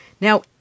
Now